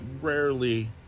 rarely